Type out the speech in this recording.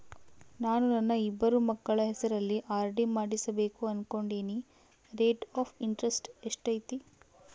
ನಾನು ನನ್ನ ಇಬ್ಬರು ಮಕ್ಕಳ ಹೆಸರಲ್ಲಿ ಆರ್.ಡಿ ಮಾಡಿಸಬೇಕು ಅನುಕೊಂಡಿನಿ ರೇಟ್ ಆಫ್ ಇಂಟರೆಸ್ಟ್ ಎಷ್ಟೈತಿ?